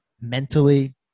mentally